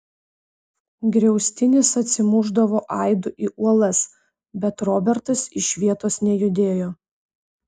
griaustinis atsimušdavo aidu į uolas bet robertas iš vietos nejudėjo